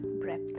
breath